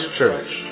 Church